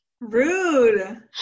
Rude